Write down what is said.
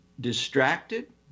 distracted